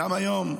גם היום,